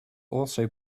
also